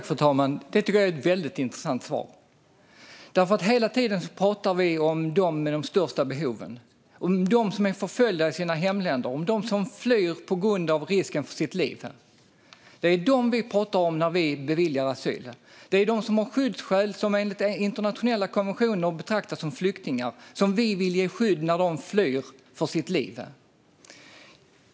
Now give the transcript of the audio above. Fru talman! Det tycker jag var ett väldigt intressant svar. Vi pratar ju hela tiden om dem med de största behoven, om dem som är förföljda i sina hemländer, om dem som flyr på grund av risken för sitt liv. Det är dem vi pratar om när vi beviljar asyl. Det är dem som har skyddsskäl och som enligt internationella konventioner betraktas som flyktingar som vi vill ge skydd när de flyr för sitt liv.